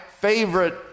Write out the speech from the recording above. favorite